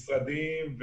משרדים,